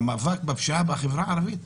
למאבק בפשיעה בחברה הערבית.